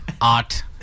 art